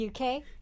UK